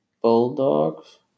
Bulldogs